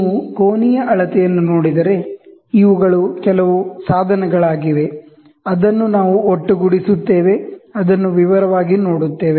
ನೀವು angular measurement ನೋಡಿದರೆ ಇವುಗಳು ಕೆಲವು ಸಾಧನಗಳಾಗಿವೆ ಅದನ್ನು ನಾವು ಒಟ್ಟುಗೂಡಿಸುತ್ತೇವೆ ಅದನ್ನು ವಿವರವಾಗಿ ನೋಡುತ್ತೇವೆ